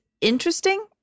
interesting